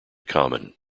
common